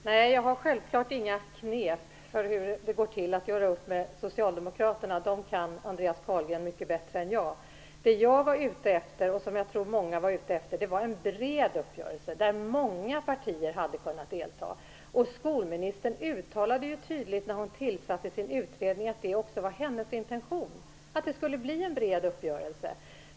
Herr talman! Nej, självklart har jag inga knep för hur det går till att göra upp med Socialdemokraterna, dem kan Andreas Carlgren mycket bättre än jag. Vad jag var ute efter, och som jag tror många var ute efter, var en bred uppgörelse där många partier hade kunnat delta. Skolministern uttalade tydligt när hon tillsatte sin utredning att det också var hennes intention att det skulle bli en bred uppgörelse.